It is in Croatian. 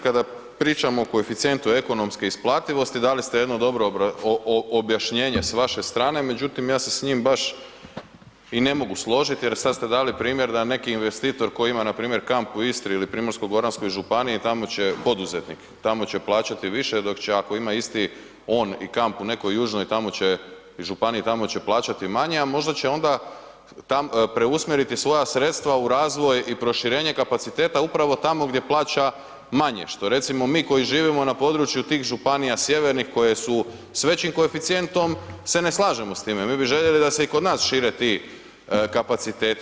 Kada pričamo o koeficijentu ekonomske isplativosti, dali ste jedno dobro objašnjenje s vaše strane, međutim, ja se s njim baš i ne mogu složiti jer sad ste dali primjer da neki investitor koji ima npr. kamp u Istri ili Primorsko-goranskoj županiji, tamo će, poduzetnik, tamo će plaćati više, dok će ako ima isti on i kamp u nekoj južnoj tamo će, županiji, tamo će plaćati manje, a možda će onda preusmjeriti svoja sredstva u razvoj i proširenje kapaciteta upravo tamo gdje plaća manje, što recimo mi koji živimo na području tih županija sjevernih koje su s većim koeficijentom se ne slažemo s time, mi bi željeli da se i kod nas šire ti kapaciteti.